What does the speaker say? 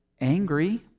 angry